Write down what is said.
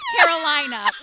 Carolina